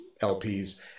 LPs